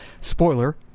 Spoiler